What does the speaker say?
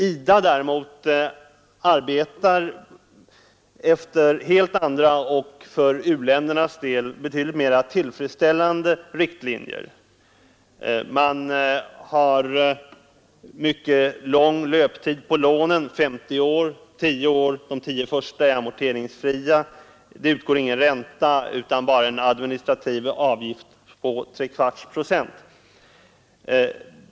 IDA däremot arbetar efter helt andra och för u-ländernas del betydligt mer tillfredsställande riktlinjer. Lånen löper på mycket lång tid — 50 år, av vilka de tio första är amorteringsfria. Det utgår ingen ränta utan bara en administrativ avgift på 3/4 procent.